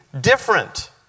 different